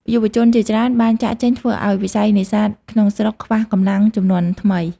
យុវជនជាច្រើនបានចាកចេញ ធ្វើឱ្យវិស័យនេសាទក្នុងស្រុកខ្វះកម្លាំងជំនាន់ថ្មី។